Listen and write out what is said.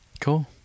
Cool